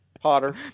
potter